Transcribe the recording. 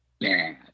bad